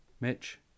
Mitch